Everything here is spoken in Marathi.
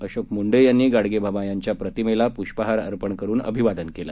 अशोक मुंडे यांनी गाडगेबाबा यांच्या प्रतिमेला प्रष्पहार अर्पण करून अभिवादन केलं